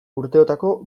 urteotako